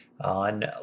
on